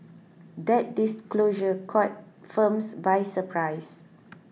that disclosure caught firms by surprise